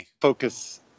Focus